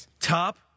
top